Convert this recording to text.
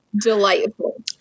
delightful